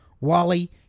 Wally